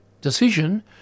Decision